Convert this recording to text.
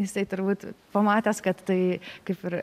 jisai turbūt pamatęs kad tai kaip ir